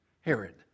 Herod